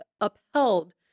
upheld